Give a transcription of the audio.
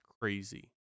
crazy